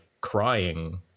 crying